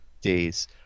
days